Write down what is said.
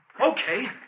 Okay